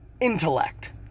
intellect